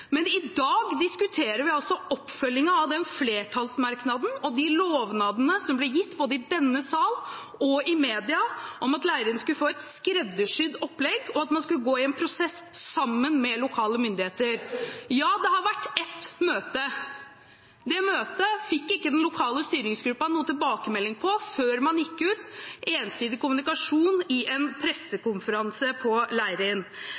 Men i dag diskuterer vi altså oppfølgingen av den flertallsmerknaden og de lovnadene som ble gitt, både i denne sal og i media, om at Leirin skulle få et skreddersydd opplegg, og at man skulle gå i en prosess sammen med lokale myndigheter. Ja, det har vært ett møte. Det møtet fikk ikke den lokale styringsgruppen noen tilbakemelding på før man gikk ut med ensidig kommunikasjon i en pressekonferanse på